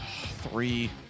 Three